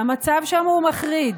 והמצב שם הוא מחריד.